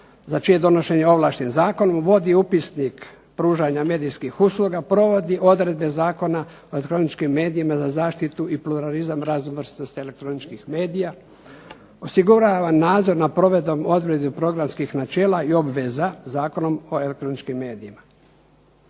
za čije donošenje ovlašten zakon. Vodi upisnik pružanja medijskih usluga, provodi odredbe Zakona o elektroničkim medijima za zaštitu i pluralizam raznovrsnosti elektroničkih medija. Osigurava nadzor nad provedbom odredbe programskih načela i obveza Zakonom o elektroničkim medijima.